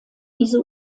diese